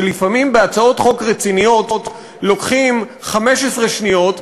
שלפעמים בהצעות חוק רציניות לוקחים 15 שניות,